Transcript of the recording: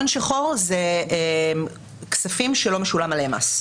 הון שחור אלה כספים שלא משולם עליהם מס.